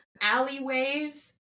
Alleyways